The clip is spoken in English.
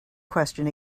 question